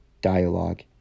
dialogue